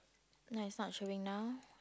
ya it's not showing now